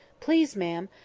please, ma'am,